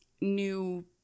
new